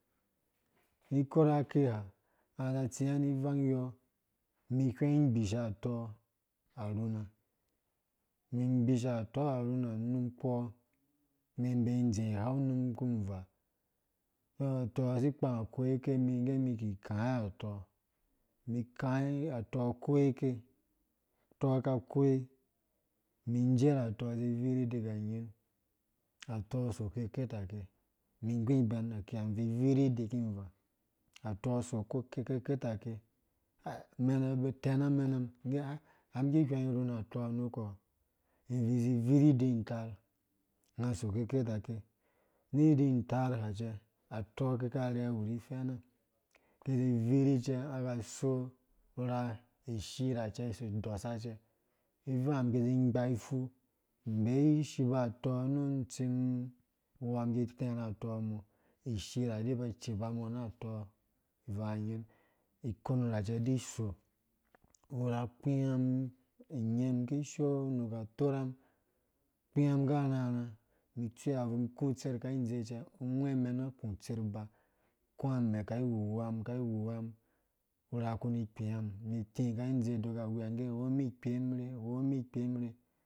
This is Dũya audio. Nĩ korha kiya ngã ba za tsĩyã nĩ vang yɔ mĩ hwɛng gbisha atɔ mĩ gbisha atɔ arhũnɛ num kpo mĩ bei dze ighaw num kũ vaa mĩ kãĩ ato ha si kpang akoi ke mĩ ngge mĩ ki kaĩ atɔ mĩ kãi atɔ koi ke atɔha ka koi mĩ jerh atɔ sivirhi dika nyin atɔ so keketake mĩ nggũ ibɛn akiya mĩ vĩ virhũ idi ki vaa atɔ so ko kekeketa ke bĩnã vi tɛnãmɛnãm mĩ ge ai har ki hwɛng rũn atɔ nukɔ? Mĩvĩ zĩ virhi idin tarr ngã so keketake nũ idin tarrha nɔ cɛ atɔ karhɛɛ wunu fɛnnã ki zĩ virhi cɛ ngã adɔsa cɛ nĩ vanghã kĩ zĩ gba ifu mmbei shiba atɔ nũ ntsĩm wua mĩ ki tɛrhã atɔ mɔ ishi ra di ba icibara atɔ ivangã nyĩn ikon ra cɛ di so urha kpĩyam inyem kishoo nũ nggu atorham kpĩ akarhãrhã mĩ tsui avum kũ tser ka idze cɛ ungwɛmɛn ngã kũ tser akũ amɛ ka ighuwam ka ighuwam urha ku nĩ kpiyam mĩ kũ tser kai idze dikka ghwiya ngge wo mĩ kpe me wo mĩ kpem